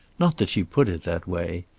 not that she put it that way.